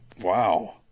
Wow